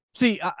See